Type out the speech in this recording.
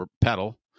pedal